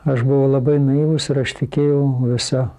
aš buvau labai naivus ir aš tikėjau visa